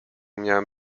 miałem